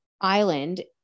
island